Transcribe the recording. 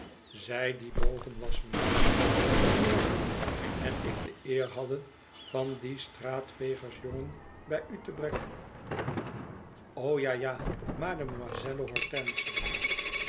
zij die boven was mijnheer toen mijnheer bucket en ik de eer hadden van dien straatvegersjongen bij u te brengen o ja ja mademoiselle hortense